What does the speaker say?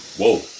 Whoa